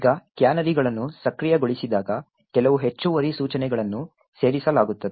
ಈಗ ಕ್ಯಾನರಿಗಳನ್ನು ಸಕ್ರಿಯಗೊಳಿಸಿದಾಗ ಕೆಲವು ಹೆಚ್ಚುವರಿ ಸೂಚನೆಗಳನ್ನು ಸೇರಿಸಲಾಗುತ್ತದೆ